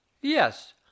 Yes